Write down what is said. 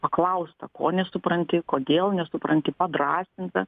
paklausta ko nesupranti kodėl nesupranti padrąsinta